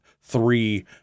three